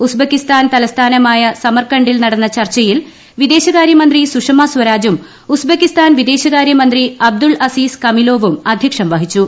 Uzbekistan തലസ്ഥാനമായ സമർക്കണ്ടിൽ നടന്ന ചർച്ചയിൽ വിദേശകാര്യമന്ത്രി സുഷമസ്വരാജും ഉസ്ബക്കിസ്ഥാൻ വിദേശകാര്യ മന്ത്രി അബ്ദുൾ അസീസ് കമിലോവും അധ്യക്ഷം വഹിച്ചു